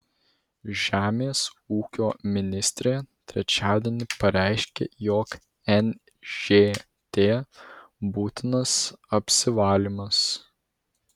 žemės ūkio ministrė trečiadienį pareiškė jog nžt būtinas apsivalymas